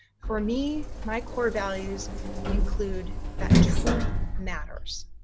for me, my core values include that truth matters,